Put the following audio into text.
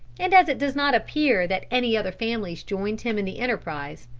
and as it does not appear that any other families joined him in the enterprise,